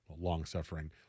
Long-suffering